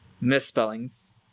misspellings